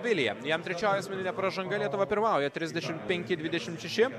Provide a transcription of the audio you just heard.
vilija jam trečioji asmeninė pražanga lietuva pirmauja trisdešimt penki dvidešimt šeši